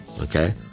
Okay